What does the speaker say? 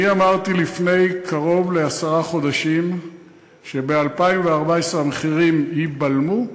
אני אמרתי לפני קרוב לעשרה חודשים שב-2014 המחירים ייבלמו,